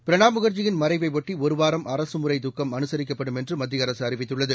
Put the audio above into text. பிரணாப் முகர்ஜியின் மறைவை ஒட்டி ஒருவாரம் அரசுமுறை துக்கம் அனுசரிக்கப்படும் என்று மத்திய அரசு அறிவித்துள்ளது